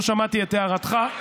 לא שמעתי את הערתך.